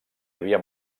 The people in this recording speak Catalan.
havia